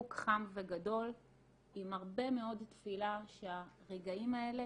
חיבוק חם וגדול עם הרבה מאוד תפילה שהרגעים האלה